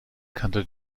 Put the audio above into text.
kannte